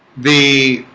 the